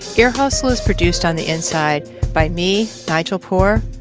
ear hustle is produced on the inside by me, nigel poor,